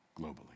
globally